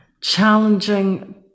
challenging